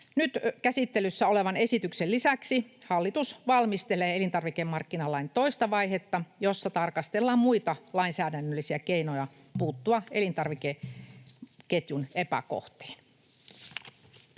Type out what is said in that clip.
Nyt käsittelyssä olevan esityksen lisäksi hallitus valmistelee elintarvikemarkkinalain toista vaihetta, jossa tarkastellaan muita lainsäädännöllisiä keinoja puuttua elintarvikeketjun epäkohtiin.